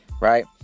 right